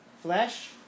Flesh